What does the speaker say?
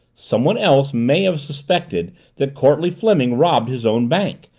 somebody else may have suspected that courtleigh fleming robbed his own bank,